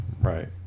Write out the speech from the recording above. Right